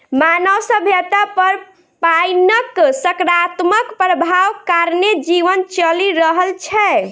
मानव सभ्यता पर पाइनक सकारात्मक प्रभाव कारणेँ जीवन चलि रहल छै